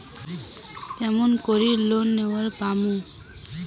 কেমন করি লোন নেওয়ার পামু?